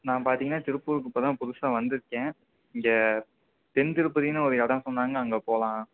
நான் பார்த்தீங்கன்னா திருப்பூருக்கு இப்போதான் புதுசாக வந்திருக்கேன் இங்கே தென்திருப்பதின்னு ஒரு இடம் சொன்னாங்க அங்கே போகலாம்